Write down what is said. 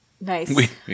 Nice